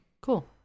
Cool